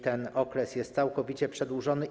Ten okres jest całkowicie przedłużony.